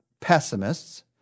pessimists